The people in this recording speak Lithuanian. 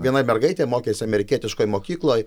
viena mergaitė mokėsi amerikietiškoj mokykloj